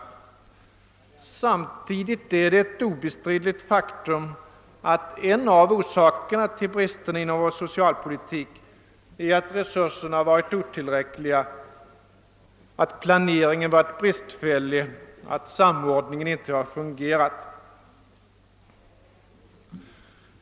Men samtidigt är det ett obestridligt faktum att en av orsakerna till bristerna i vår socialpolitik är att resurserna har varit otillräckliga, att planeringen varit bristfällig och att samordningen inte har fungerat.